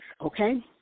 okay